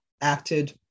acted